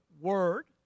word